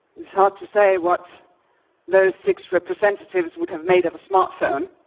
it's hard to say what those six representatives would have made of a smartphone.